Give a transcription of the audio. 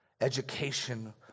education